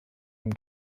ihm